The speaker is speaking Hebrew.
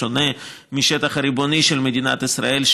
בשונה מהשטח הריבוני של מדינת ישראל,